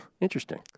Interesting